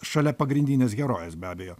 šalia pagrindinės herojės be abejo